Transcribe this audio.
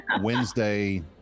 Wednesday